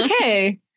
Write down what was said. okay